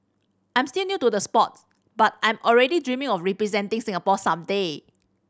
I'm still new to the sports but I am already dreaming of representing Singapore some day